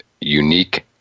unique